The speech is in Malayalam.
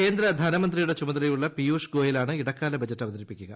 കേന്ദ്ര ധനമന്ത്രിയുടെ ചുമതലയുള്ള പിയൂഷ് ഗോയലാണ് ഇടക്കാല ബജറ്റ് അവതരിപ്പിക്കുക